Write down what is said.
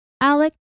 Alec